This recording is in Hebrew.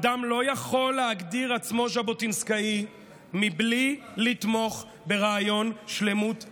אדם לא יכול להגדיר עצמו ז'בוטינסקאי בלי לתמוך ברעיון שלמות הארץ.